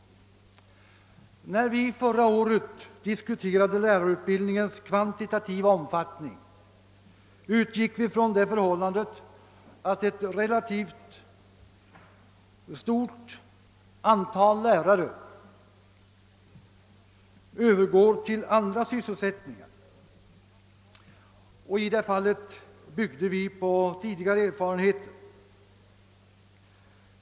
När vi förra året diskuterade lärarutbildningens kvantitativa omfattning, utgick vi från det förhållandet, att ett relativt stort antal lärare övergår till andra sysselsättningar. I det fallet byggde vi på tidigare erfarenheter.